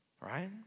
right